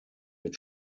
wird